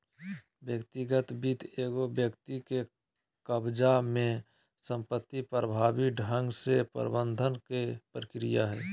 व्यक्तिगत वित्त एगो व्यक्ति के कब्ज़ा में संपत्ति प्रभावी ढंग से प्रबंधन के प्रक्रिया हइ